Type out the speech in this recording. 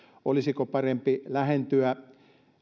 olisiko parempi lähentyä